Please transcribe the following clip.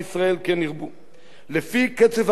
לפי קצב הגדילה, שהוא הגדול בארץ,